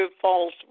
false